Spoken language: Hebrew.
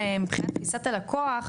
אם מבחינת תפיסת הלקוח,